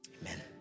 amen